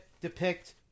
depict